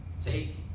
Take